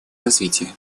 развития